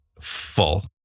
full